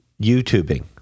YouTubing